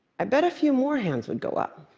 i bet a few more hands would go up.